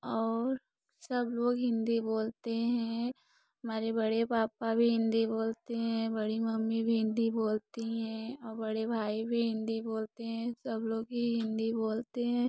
और सब लोग हिन्दी बोलते हें हमारे बड़े पापा भी हिन्दी बोलते हैं बड़ी मम्मी भी हिन्दी बोलती हैं और बड़े भाई भी हिन्दी बोलते हैं सब लोग ही हिन्दी बोलते हैं